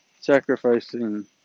Sacrificing